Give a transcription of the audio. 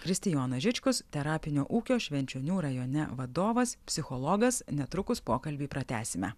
kristijonas žičkus terarapinio ūkio švenčionių rajone vadovas psichologas netrukus pokalbį pratęsime